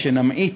ושנמעיט